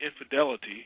infidelity